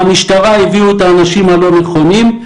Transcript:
מהמשטרה הביאו את האנשים הלא נכונים.